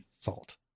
salt